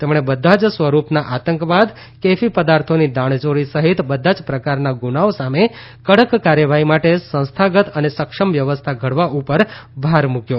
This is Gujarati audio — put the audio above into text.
તેમણે બધા જ સ્વરૂપના આતંકવાદ કેફી પદાર્થોની દાણયોરી સહિત બધા જ પ્રકારના ગુનાઓ સામે કડક કાર્યવાહી માટે સંસ્થાગત અને સક્ષમ વ્યવસ્થા ઘડવા ઉપર ભાર મુકયો